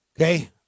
Okay